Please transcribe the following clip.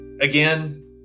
Again